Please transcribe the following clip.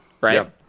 right